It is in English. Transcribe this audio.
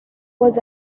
was